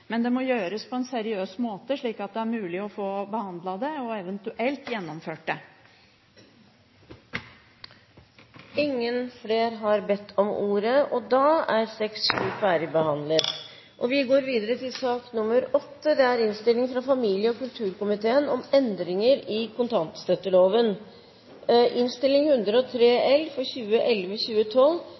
Men det må gjøres på en seriøs måte, slik at det er mulig å få behandlet det og eventuelt gjennomført det. Flere har ikke bedt om ordet til sak nr. 7. Etter ønske fra familie- og kulturkomiteen